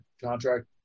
contract